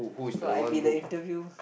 so I been the interview